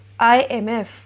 IMF